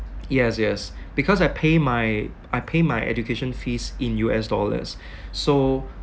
yes yes because I pay my I pay my education fees in U_S dollars so